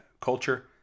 culture